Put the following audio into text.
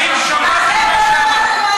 הם מהגרי עבודה.